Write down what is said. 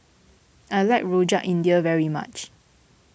I like Rojak India very much